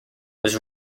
was